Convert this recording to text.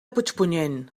puigpunyent